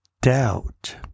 doubt